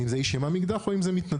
האם זה איש ימ"מ עם אקדח או האם זה המתנדב